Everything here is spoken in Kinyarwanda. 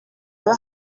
baba